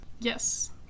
Yes